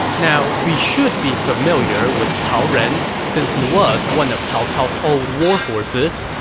now we should be familiar with cao ren, since he was one of cao cao's old war horses.